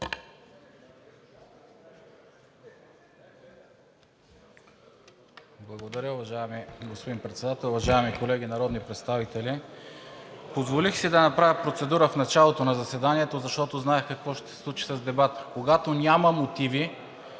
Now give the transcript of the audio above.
Благодаря. Уважаеми господин Председател, уважаеми колеги народни представители! Позволих си да направя процедура в началото на заседанието, защото знаех какво ще се случи с дебата. Когато няма мотиви,